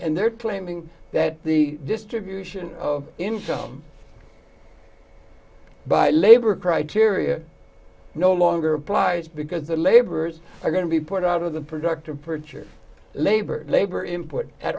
and they're claiming that the distribution of income by labor criteria no longer applies because the laborers are going to be put out of the productive perch or labor labor input at